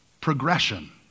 progression